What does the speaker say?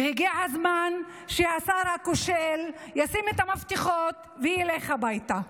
והגיע הזמן שהשר הכושל ישים את המפתחות וילך הביתה.